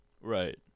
Right